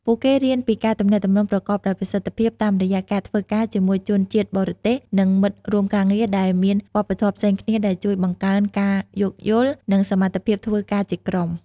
ពួកគេរៀនពីការទំនាក់ទំនងប្រកបដោយប្រសិទ្ធភាពតាមរយៈការធ្វើការជាមួយជនជាតិបរទេស និងមិត្តរួមការងារដែលមានវប្បធម៌ផ្សេងគ្នា ដែលជួយបង្កើនការយោគយល់ និងសមត្ថភាពធ្វើការជាក្រុម។